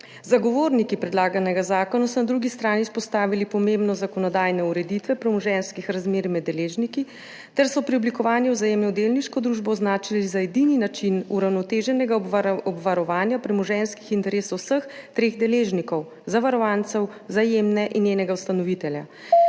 Zagovorniki predlaganega zakona so na drugi strani izpostavili pomembnost zakonodajne ureditve premoženjskih razmerij med deležniki ter so preoblikovanje Vzajemno v delniško družbo označili za edini način uravnoteženega obvarovanja premoženjskih interesov vseh treh deležnikov – zavarovancev, Vzajemne in njenega ustanovitelja.